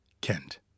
Kent